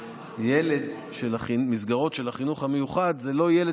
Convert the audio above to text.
שילד של המסגרות של החינוך המיוחד הוא לא ילד